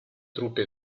truppe